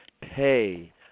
pay